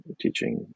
Teaching